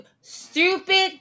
stupid